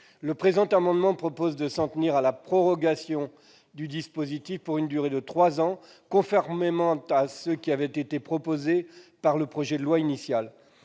du présent amendement, il est proposé de s'en tenir à la prorogation du dispositif pour une durée de trois ans, conformément à ce que prévoyait le projet de loi initial.